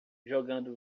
jogando